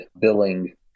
billing